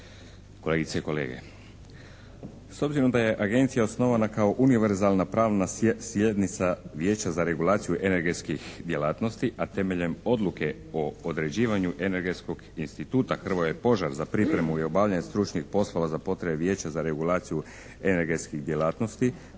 kolegice i kolege! S obzirom da je agencija osnovana kao univerzalna pravna slijednica Vijeća za regulaciju energetskih djelatnosti a temeljem odluke o određivanju energetskog instituta "Hrvoje Požar" za pripremu i obavljanje stručnih poslova za potrebe Vijeća za regulaciju energetskih djelatnosti